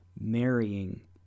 marrying